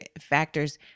factors